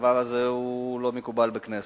והדבר הזה לא מקובל בכנסת.